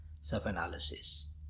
self-analysis